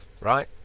right